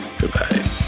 Goodbye